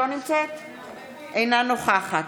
אינה נוכחת